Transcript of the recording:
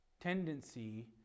tendency